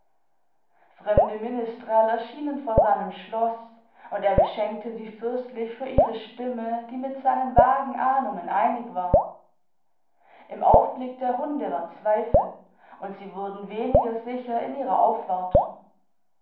fremde minstrel erschienen vor seinem schloß und er beschenkte sie fürstlich für ihre stimme die mit seinen vagen ahnungen einig war im aufblick der hunde war zweifel und sie wurden weniger sicher in ihrer aufwartung